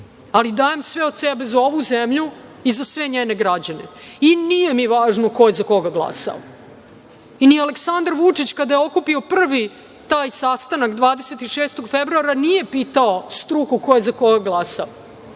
ali dajem sve od sebe za ovu zemlju i za sve njene građane i nije mi važno ko je za koga glasao. Ni Aleksandar Vučić kada je okupio prvi taj sastanak 26. februara nije pitao struku ko je za koga glasao,